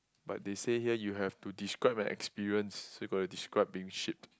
but they said here you have to describe an experience so you got to describe being shit